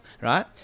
right